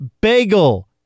Bagel